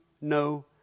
no